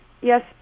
Yes